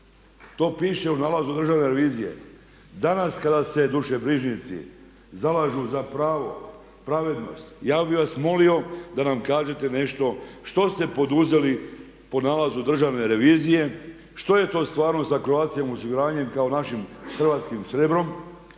To piše u nalazu Državne revizije. Danas kada se dušobrižnici zalažu za pravo, pravednost ja bi vas molio da nam kažete nešto što ste poduzeli po nalazu Državne revizije, što je to stvarno sa Croatia osiguranjem kao našim hrvatskim srebrom,